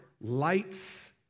lights